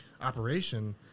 operation